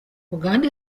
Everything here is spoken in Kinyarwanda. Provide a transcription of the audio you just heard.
uganda